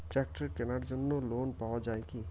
ট্রাক্টরের কেনার জন্য লোন পাওয়া যায় কি?